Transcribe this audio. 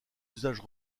usages